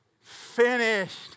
finished